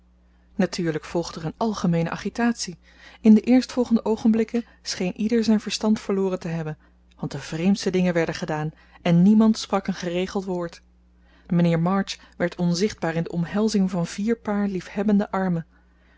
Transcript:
natuurlijk volgde er een algemeene agitatie in de eerstvolgende oogenblikken scheen ieder zijn verstand verloren te hebben want de vreemdste dingen werden gedaan en niemand sprak een geregeld woord mijnheer march werd onzichtbaar in de omhelzing van vier paar liefhebbende armen